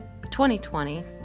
2020